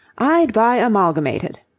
i'd buy amalgamated.